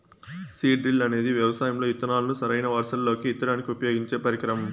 seed drill అనేది వ్యవసాయం లో ఇత్తనాలను సరైన వరుసలల్లో ఇత్తడానికి ఉపయోగించే పరికరం